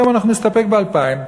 והיום אנחנו נסתפק ב-2,000.